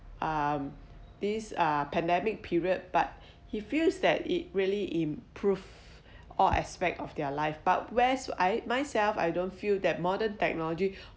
um this uh pandemic period but he feels that it really improves all aspect of their life but whereas I myself I don't feel that modern technology